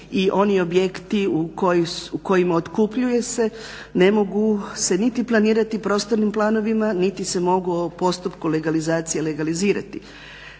i oni objekti u kojima otkupljuje se ne mogu se niti planirati prostornim planovima niti se mogu u postupku legalizacije legalizirati.